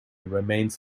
remains